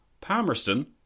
Palmerston